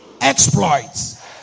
exploits